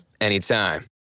anytime